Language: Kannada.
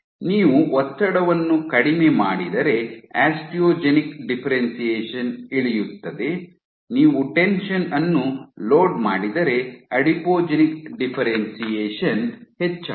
ನೀವು ಒತ್ತಡವನ್ನು ಕಡಿಮೆ ಮಾಡಿದರೆ ಆಸ್ಟಿಯೋಜೆನಿಕ್ ಡಿಫ್ಫೆರೆನ್ಶಿಯೇಷನ್ ಇಳಿಯುತ್ತದೆ ನೀವು ಟೆನ್ಷನ್ ಅನ್ನು ಲೋಡ್ ಮಾಡಿದರೆ ಅಡಿಪೋಜೆನಿಕ್ ಡಿಫ್ಫೆರೆನ್ಶಿಯೇಷನ್ ಹೆಚ್ಚಾಗುತ್ತದೆ